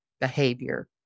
behavior